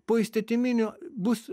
poįstatyminio bus